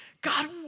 God